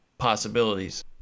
possibilities